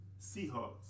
Seahawks